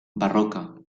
barroca